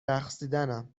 رقصیدنم